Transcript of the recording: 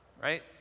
right